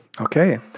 Okay